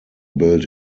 built